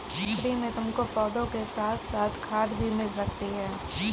nursery में तुमको पौधों के साथ साथ खाद भी मिल सकती है